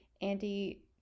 Andy